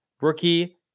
rookie